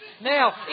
Now